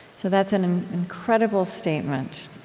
so that's an incredible statement.